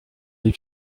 les